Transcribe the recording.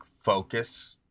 focus